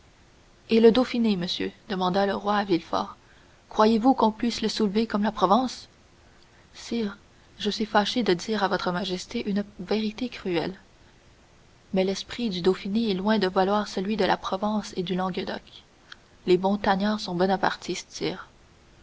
et le dauphiné monsieur demanda le roi à villefort croyez-vous qu'on puisse le soulever comme la provence sire je suis fâché de dire à votre majesté une vérité cruelle mais l'esprit du dauphiné est loin de valoir celui de la provence et du languedoc les montagnards sont bonapartistes